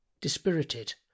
dispirited